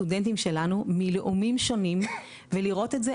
הסטודנטים שלנו מלאומים שונים ולראות את זה,